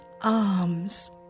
arms